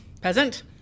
Peasant